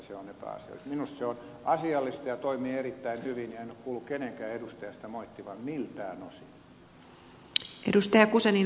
minusta se on asiallista ja toimii erittäin hyvin ja en ole kuullut kenenkään edustajan sitä moittivan miltään osin